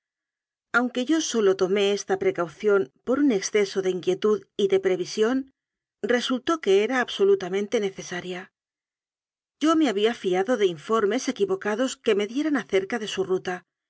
aunque yo sólo tomé esta precaución por un ex ceso de inquietud y de previsión resultó que era absolutamente necesaria yo me había fiado de informes equivocados que me dieran acgrca de su ruta